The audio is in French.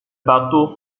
bateaux